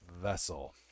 Vessel